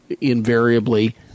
invariably